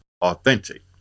authentic